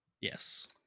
Yes